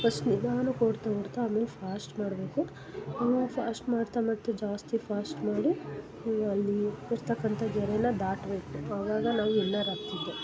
first ನಿಧಾನಕ್ಕೆ ಓಡ್ತಾ ಓಡ್ತಾ ಆಮೇಲೆ ಫಾಸ್ಟ್ ಮಾಡಬೇಕು ಆಮೇಲೆ ಫಾಸ್ಟ್ ಮಾಡ್ತಾ ಮಾಡ್ತಾ ಜಾಸ್ತಿ ಫಾಸ್ಟ್ ಮಾಡಿ ಅಲ್ಲಿ ಇರ್ತಕಂಥ ಗೆರೆನ ದಾಟಬೇಕು ಅವಾಗ ನಾವು ವಿನ್ನರ್ ಆಗ್ತಿದ್ವು